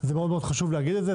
זה מאוד מאוד חשוב להגיד את זה.